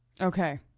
Okay